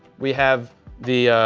we have the